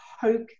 poke